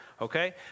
okay